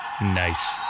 Nice